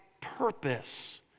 purpose